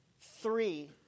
three